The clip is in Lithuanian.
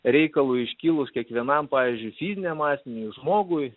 reikalui iškilus kiekvienam pavyzdžiui fiziniam asmeniui žmogui